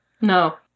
No